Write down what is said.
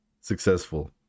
successful